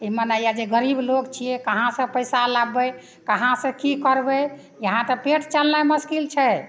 ई मने यए जे गरीब लोग छियै कहाँ से पैसा लेबै कहाँ से की करबै यहाँ तऽ पेट चलनाइ मुश्किल छै